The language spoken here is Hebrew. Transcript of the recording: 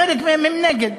חלק מהם, הם נגד,